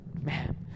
man